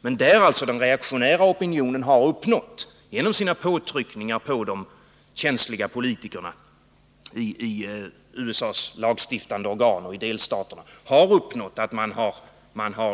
Men den reaktionära opinionen har genom sina påtryckningar på de känsliga politikerna i USA:s lagstiftande organ och i delstaterna